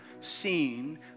seen